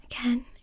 Again